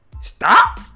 Stop